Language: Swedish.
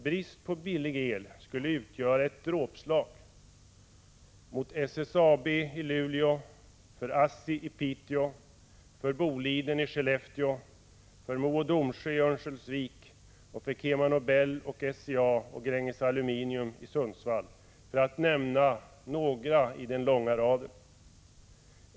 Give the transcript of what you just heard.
Brist på billig el skulle utgöra ett dråpslag mot SSAB i Luleå, ASSI i Piteå, Boliden i Skellefteå, Mo och Domsjö i Örnsköldsvik och mot KemaNobel, SCA och Gränges Aluminium i Sundsvall, för att nämna några i den långa raden.